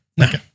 Okay